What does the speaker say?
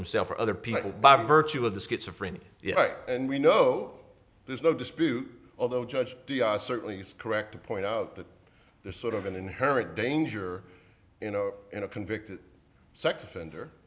himself or other people by virtue of the schizophrenia and we know there's no dispute although judge certainly is correct to point out that there's sort of an inherent danger you know in a convicted sex offender